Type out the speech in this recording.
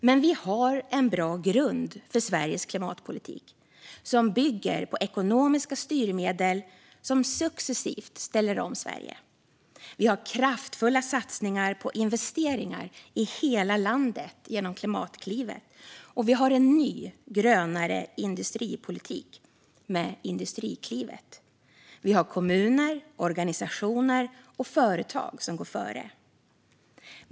Men vi har en bra grund för Sveriges klimatpolitik, som bygger på ekonomiska styrmedel som successivt ställer om Sverige. Vi har kraftfulla satsningar på investeringar i hela landet genom Klimatklivet, och vi har en ny, grönare industripolitik med Industriklivet. Vi har kommuner, organisationer och företag som går före.